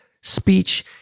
speech